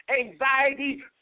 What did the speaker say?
anxiety